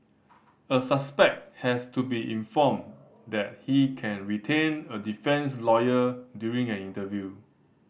a suspect has to be informed that he can retain a defence lawyer during an interview